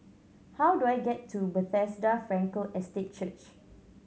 how do I get to Bethesda Frankel Estate Church